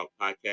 podcast